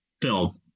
film